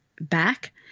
back